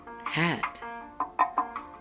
Hat